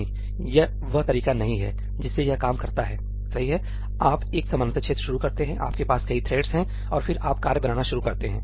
नहीं यह वह तरीका नहीं है जिससे यह काम करता है सही है आप एक समानांतर क्षेत्र शुरू करते हैं आपके पास कई थ्रेड्स हैं और फिर आप कार्य बनाना शुरू करते हैं